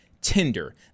Tinder